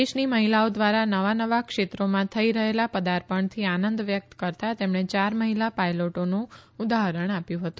દેશની મહિલાઓ દ્વારા નવા નવા ક્ષેત્રોમાં થઇ રહેલા પદાર્પણથી આનંદ વ્યક્ત કરતાં તેમણે ચાર મહિલા પાયલોટોનું ઉદાહરણ આપ્યું હતું